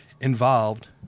involved